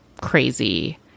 crazy